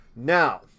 Now